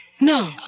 No